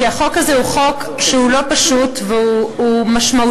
כי החוק הזה הוא חוק שהוא לא פשוט והוא משמעותי,